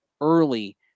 early